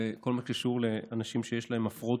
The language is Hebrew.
שזה כל מה שקשור לאנשים שיש להם הפרעות